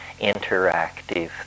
interactive